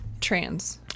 trans